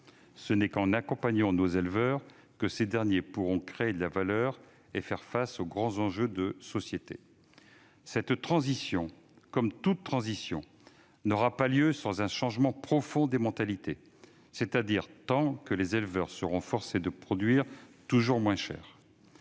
seulement en accompagnant nos éleveurs que ces derniers pourront créer de la valeur et faire face aux grands enjeux de société. Comme toute transition, celle-ci n'aura pas lieu sans un changement profond des mentalités, c'est-à-dire tant que les éleveurs seront forcés de produire toujours moins cher.